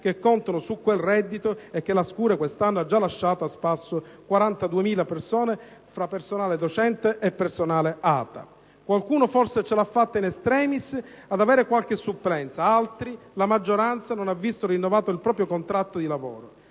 che contano su quel reddito, e che la scure quest'anno ha già lasciato a spasso 42.000 fra personale docente e ATA. Qualcuno, forse, ce l'ha fatta *in extremis* ad avere qualche supplenza; altri, la maggioranza, non hanno visto rinnovato il proprio contratto di lavoro.